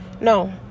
No